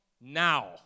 now